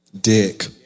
Dick